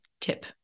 tip